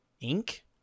ink